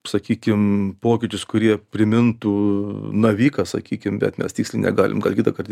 sakykim pokyčius kurie primintų naviką sakykim bet mes tiksliai negalim gal kitą kart